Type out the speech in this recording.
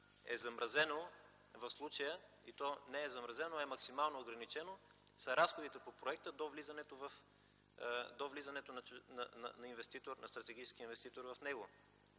е замразено в случая, и то не е замразено, а е максимално ограничено – са разходите по проекта до влизането на стратегически инвеститор в него,